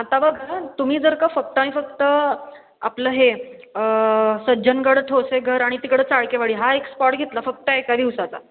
आता बघा तुम्ही जर का फक्त आणि फक्त आपलं हे सज्जनगड ठोसेघर आणि तिकडं चाळकेवाडी हा एक स्पॉट घेतला फक्त एका दिवसाचा